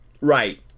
Right